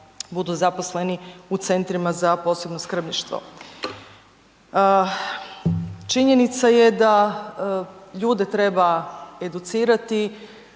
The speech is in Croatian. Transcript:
budu zaposleni u centrima za posebno skrbništvo. Činjenica je da ljude treba educirati,